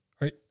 Right